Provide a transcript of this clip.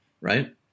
right